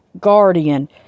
guardian